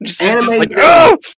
Anime